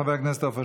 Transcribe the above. חבר הכנסת עפר שלח,